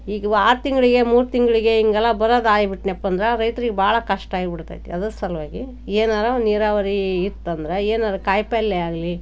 ಇದು ಆರು ತಿಂಗಳಿಗೆ ಮೂರು ತಿಂಗಳಿಗೆ ಹೀಗೆಲ್ಲ ಬರೋದಾಗಿ ಬಿಟ್ಟೆನಪ್ಪಂದ್ರ ರೈತ್ರಿಗೆ ಭಾಳ ಕಷ್ಟ ಆಗ್ಬಿಡ್ತದೆ ಅದರ ಸಲುವಾಗಿ ಏನಾದ್ರು ಒಂದು ನೀರಾವರಿ ಇತ್ತಂದರೆ ಏನಾದ್ರು ಕಾಯಿ ಪಲ್ಲೆ ಆಗಲೀ